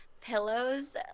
pillows